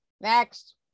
Next